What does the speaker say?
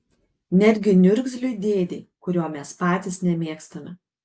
netgi niurgzliui dėdei kurio mes patys nemėgstame